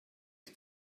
ich